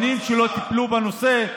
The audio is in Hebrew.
שנים שלא טיפלו בנושא.